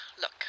Look